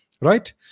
Right